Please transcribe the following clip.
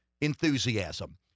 enthusiasm